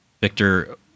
Victor